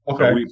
Okay